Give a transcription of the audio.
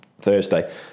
Thursday